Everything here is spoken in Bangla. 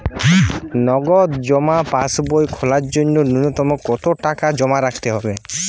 নগদ জমা পাসবই খোলার জন্য নূন্যতম কতো টাকা জমা করতে হবে?